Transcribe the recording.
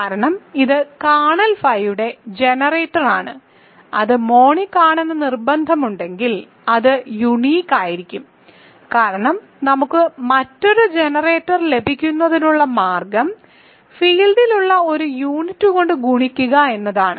കാരണം ഇത് കേർണൽ ഫൈയുടെ ജനറേറ്ററാണ് അത് മോണിക് ആണെന്ന് നിർബന്ധം ഉണ്ടെങ്കിൽ അത് യൂണിക് ആയിരിക്കും കാരണം നമുക്ക് മറ്റൊരു ജനറേറ്റർ ലഭിക്കുന്നതിനുള്ള മാർഗം ഫീൽഡിൽ ഉള്ള ഒരു യൂണിറ്റ് കൊണ്ട് ഗുണിക്കുക എന്നതാണ്